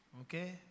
Okay